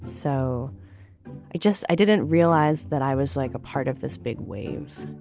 so i just i didn't realize that i was like a part of this big wave,